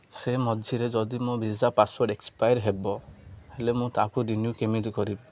ସେ ମଝିରେ ଯଦି ମୋ ଭିଜା ପାସ୍ପୋର୍ଟ୍ ଏକ୍ସପାୟାର୍ ହେବ ହେଲେ ମୁଁ ତାକୁ ରିନ୍ୟୁ କେମିତି କରିବି